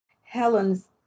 Helen's